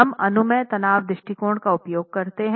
हम अनुमेय तनाव दृष्टिकोण का उपयोग करते हैं